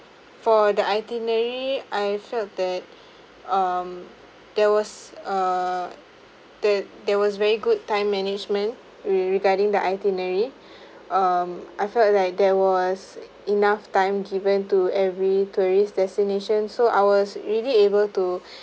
for the itinerary I felt that um there was a there there was very good time management re~ regarding the itinerary um I felt like there was enough time given to every tourist destination so I was really able to